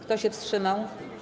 Kto się wstrzymał?